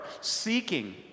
seeking